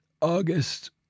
August